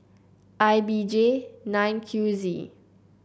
I B J nine Q Z